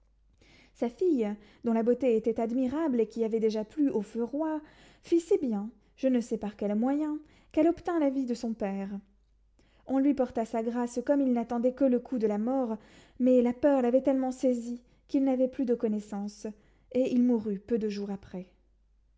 sa fille dont la beauté était admirable et qui avait déjà plu au feu roi fit si bien je ne sais par quels moyens qu'elle obtint la vie de son père on lui porta sa grâce comme il n'attendait que le coup de la mort mais la peur l'avait tellement saisi qu'il n'avait plus de connaissance et il mourut peu de jours après